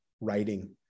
writing